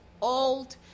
old